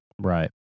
Right